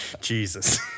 Jesus